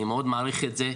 אני מאוד מעריך את זה,